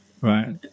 Right